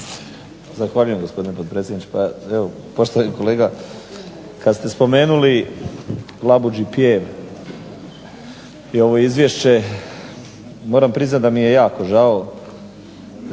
Zahvaljujem gospodine potpredsjedniče. Poštovani kolega, kada ste spomenuli labuđi pjev i ovo izvješće moram priznati da mi je jako žao